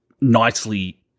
nicely-